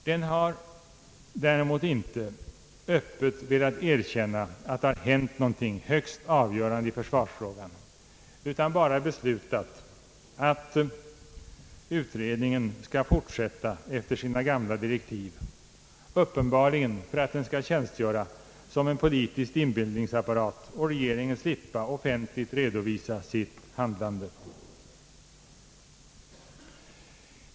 Den har inte ens öppet velat erkänna att det har hänt någonting högst avgörande i försvarsfrågan utan bara beslutat att försvarsutredningen skall fortsätta efter sina gamla direktiv, uppenbarligen för att den skall tjänstgöra som en politisk dimbildningsapparat och regeringen slippa offentligt redovisa sitt handlande.